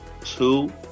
two